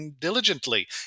diligently